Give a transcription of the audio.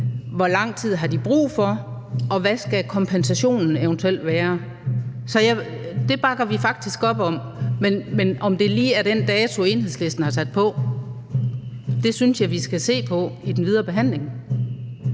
Hvor lang tid har de brug for, og hvad skal kompensationen eventuelt være? Så det bakker vi faktisk op om. Men om det lige skal være den dato, som Enhedslisten har sat på, synes jeg vi skal se på i den videre behandling.